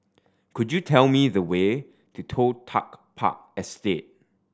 could you tell me the way to Toh Tuck Park Estate